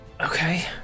Okay